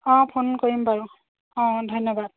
অঁ ফোন কৰিম বাৰু অঁ ধন্যবাদ